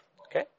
Okay